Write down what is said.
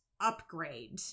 upgrade